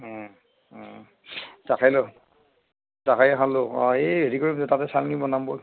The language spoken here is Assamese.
ও ও জকাই এখন ল'ম অ এই হেৰি কৰিম তাতে চাঙি বনাম ব'ল